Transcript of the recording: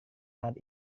saat